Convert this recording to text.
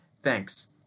Thanks